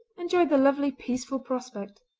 enjoyed the lovely, peaceful prospect.